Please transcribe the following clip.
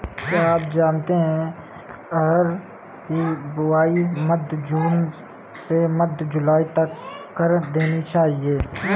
क्या आप जानते है अरहर की बोआई मध्य जून से मध्य जुलाई तक कर देनी चाहिये?